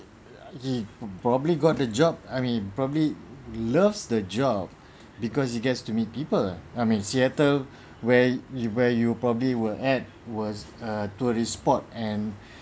he probably got the job I mean probably loves the job because he get to meet people I mean seattle where you where you probably will add was a tourist spot and